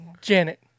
Janet